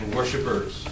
Worshippers